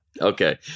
Okay